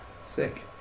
Sick